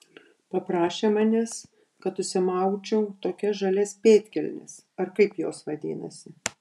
paprašė manęs kad užsimaučiau tokias žalias pėdkelnes ar kaip jos vadinasi